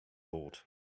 board